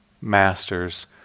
masters